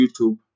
YouTube